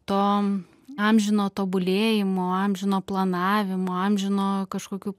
to amžino tobulėjimo amžino planavimo amžino kažkokių